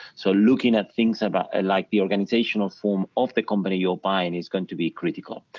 so looking at things about, ah like the organizational form of the company you're buying is going to be critical.